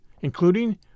including